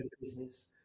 business